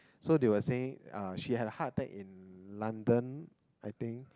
so they were saying uh she had a heart attack in London I think